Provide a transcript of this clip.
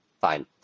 fine